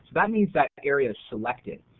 that means that area is selected.